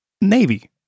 Navy